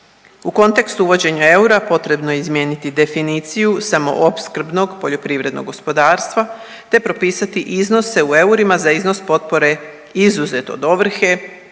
U kontekstu uvođenja eura potrebno je izmijeniti definiciju samo opskrbnog poljoprivrednog gospodarstva, te propisati iznose u eurima za iznos potpore izuzet od ovrhe